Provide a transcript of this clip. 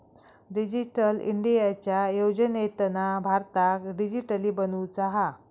digital इंडियाच्या योजनेतना भारताक डीजिटली बनवुचा हा